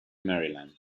maryland